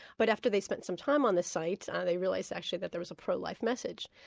but after they spent some time on the site, they realised actually that there was a pro-life message.